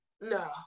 no